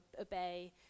obey